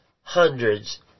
hundreds